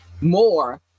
more